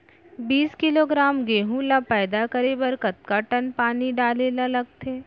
बीस किलोग्राम गेहूँ ल पैदा करे बर कतका टन पानी डाले ल लगथे?